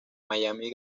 miami